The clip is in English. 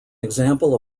example